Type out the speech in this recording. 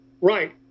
Right